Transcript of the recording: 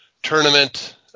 Tournament